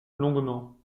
longuement